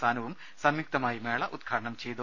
സാനുവും സംയുക്തമായി മേള ഉദ്ഘാടനം ചെയ്തു